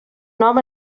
nom